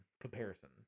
Comparison